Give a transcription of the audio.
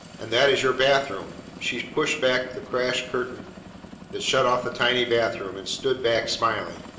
and that is your bathroom. she pushed back the crash curtain that shut off the tiny bathroom, and stood back smiling.